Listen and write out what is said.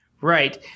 Right